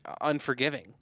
unforgiving